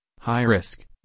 high-risk